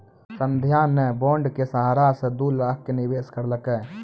संध्या ने बॉण्ड के सहारा से दू लाख के निवेश करलकै